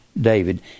David